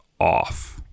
off